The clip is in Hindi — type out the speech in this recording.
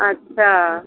अच्छा